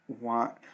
want